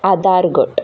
आदारगट